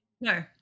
No